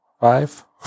five